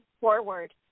forward